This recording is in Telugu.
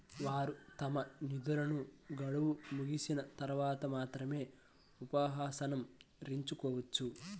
వారు తమ నిధులను గడువు ముగిసిన తర్వాత మాత్రమే ఉపసంహరించుకోవచ్చు